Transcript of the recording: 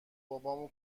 بابامو